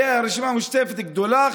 הרי הרשימה המשותפת היא גדולה,